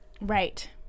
Right